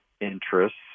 interests